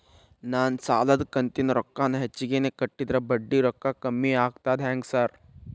ನಾನ್ ಸಾಲದ ಕಂತಿನ ರೊಕ್ಕಾನ ಹೆಚ್ಚಿಗೆನೇ ಕಟ್ಟಿದ್ರ ಬಡ್ಡಿ ರೊಕ್ಕಾ ಕಮ್ಮಿ ಆಗ್ತದಾ ಹೆಂಗ್ ಸಾರ್?